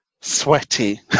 sweaty